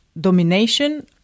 domination